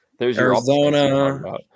Arizona